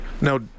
Now